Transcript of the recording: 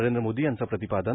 नरेंद्र मोदी यांचं प्रतिपादन